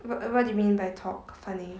what what do you mean by talk funny